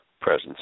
presence